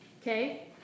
okay